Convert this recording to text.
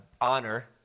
honor